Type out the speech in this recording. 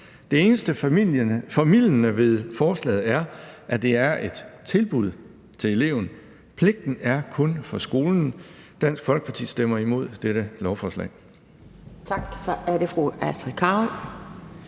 Det eneste formildende ved forslaget er, at det er et tilbud til eleven; pligten er kun for skolen. Dansk Folkeparti stemmer imod dette lovforslag.